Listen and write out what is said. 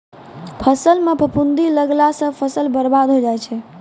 फसल म फफूंदी लगला सँ फसल बर्बाद होय जाय छै